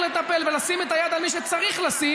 לטפל בו ולשים את היד על מי שצריך לשים,